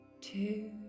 Two